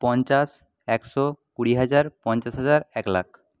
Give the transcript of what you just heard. পঞ্চাশ একশো কুড়ি হাজার পঞ্চাশ হাজার এক লাখ